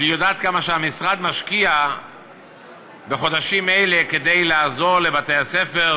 שיודעת כמה המשרד משקיע בחודשים אלה כדי לעזור לבתי-הספר